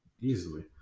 easily